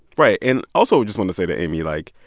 right. and also, we just want to say to amy, like,